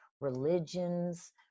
religions